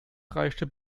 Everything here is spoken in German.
reichte